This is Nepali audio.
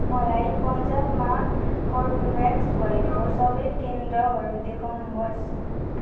मलाई पन्जाबमा कर्बेभ्याक्स भएको सबै केन्द्रहरू देखाउनुहोस्